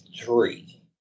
three